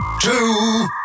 two